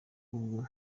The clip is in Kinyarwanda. ubu